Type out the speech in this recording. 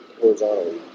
horizontally